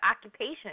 occupation